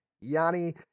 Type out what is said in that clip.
Yanni